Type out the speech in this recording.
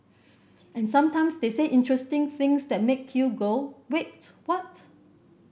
and sometimes they say interesting things that make you go wait what